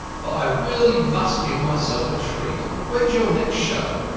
but i really must give myself a treat. when's your next show?